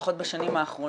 לפחות בשנים האחרונות.